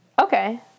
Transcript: Okay